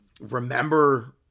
Remember